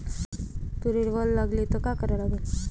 तुरीले वल लागली त का करा लागन?